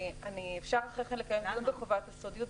אפשר אחרי כן לקיים דיון בחובת הסודיות,